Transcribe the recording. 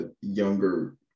younger